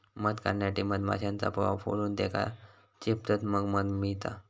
मध काढण्यासाठी मधमाश्यांचा पोळा फोडून त्येका चेपतत मग मध मिळता